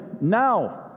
now